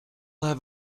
have